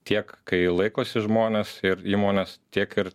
tiek kai laikosi žmonės ir įmonės tiek ir